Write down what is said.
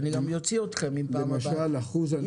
אני גם יוצא אתכם פעם הבאה אם תתפרצו,